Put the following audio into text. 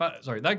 Sorry